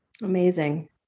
Amazing